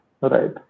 right